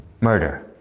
murder